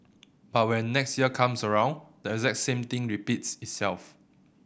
but when next year comes around the exact same thing repeats itself